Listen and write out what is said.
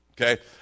okay